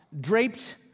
draped